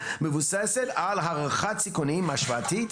מבוססת על הערכת סיכונים השוואתית?